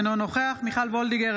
אינו נוכח מיכל מרים וולדיגר,